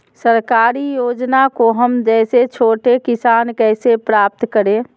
सरकारी योजना को हम जैसे छोटे किसान कैसे प्राप्त करें?